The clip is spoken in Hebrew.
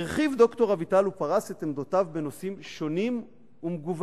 הרחיב ד"ר אביטל ופרס את עמדותיו בנושאים שונים ומגוונים.